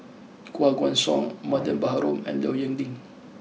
Koh Guan Song Mariam Baharom and Low Yen Ling